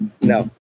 No